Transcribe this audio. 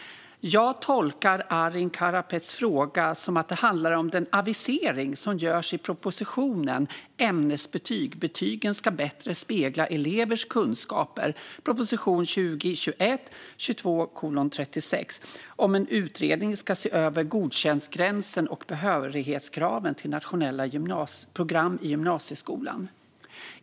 Jag tolkar Arin Karapets fråga som att den handlar om den avisering som görs i propositionen Ämnesbetyg - betygen ska bättre spegla elevers kunskaper om att en utredning ska se över godkäntgränsen och behörighetskraven till nationella program i gymnasieskolan.